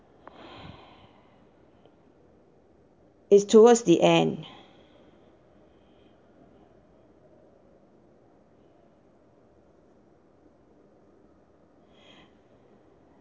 it's towards the end